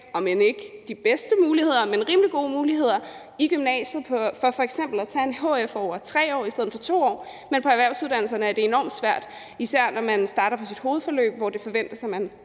der ikke er de bedste muligheder, men der er rimelig gode muligheder – i gymnasiet for f.eks. at tage en hf over 3 år i stedet for 2 år, men på erhvervsuddannelserne er det enormt svært, især når man starter på sit hovedforløb, hvor det forventes, at man